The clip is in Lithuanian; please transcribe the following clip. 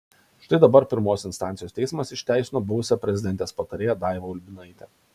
štai dabar pirmos instancijos teismas išteisino buvusią prezidentės patarėją daivą ulbinaitę